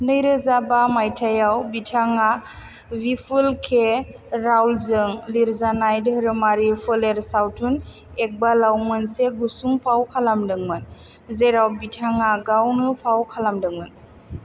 नैरोजा बा मायथाइआव बिथाङा विपुल के रावलजों लिरजानाय धोरोमारि फोलेर सावथुन इकबालाव मोनसे गुसुं फाव खालामदोंमोन जेराव बिथाङा गावनो फाव खालामदोंमोन